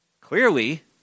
clearly